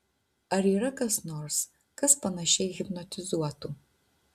ar yra kas nors kas panašiai hipnotizuotų